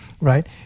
right